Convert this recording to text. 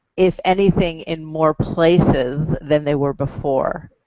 if anything in more places than they were before.